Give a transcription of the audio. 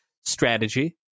strategy